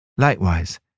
Likewise